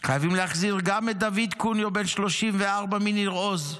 חייבים להחזיר גם את דוד קוניו, בן 34 מניר עוז,